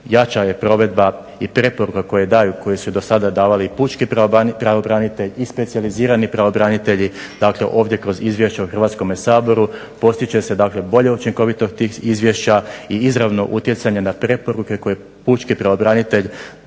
Jača je provedba i preporuka koje daju, koje su i do sada davali pučki pravobranitelji i specijalizirani pravobranitelji, dakle ovdje kroz izvješće o Hrvatskome saboru postiže se dakle bolja učinkovitost tih izvješća i izravno utjecanje jna preporuke koje pučki pravobranitelj